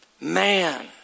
Man